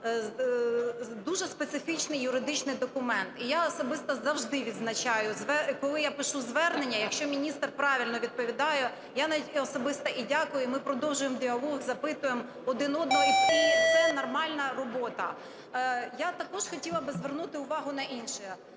дуже специфічний юридичний документ. І я особисто завжди відзначаю, коли я пишу звернення, якщо міністр правильно відповідає, я навіть особисто дякую, і ми продовжуємо діалог, запитуємо один одного, і це нормальна робота. Я також хотіла би звернути увагу на інше.